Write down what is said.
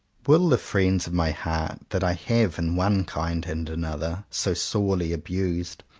will the friends of my heart, that i have, in one kind and another, so sorely abused,